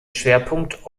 schwerpunkt